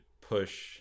push